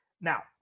Now